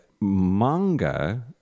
manga